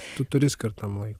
tu turi skirt tam laiko